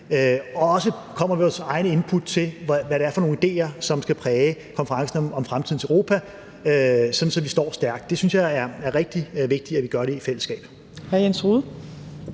også kommer med vores egne input til, hvad det er for nogle idéer, som skal præge konferencen om fremtidens Europa, sådan at vi står stærkt. Det synes jeg er rigtig vigtigt, nemlig at vi gør det i fællesskab.